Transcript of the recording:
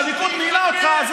שהליכוד מינה אותך,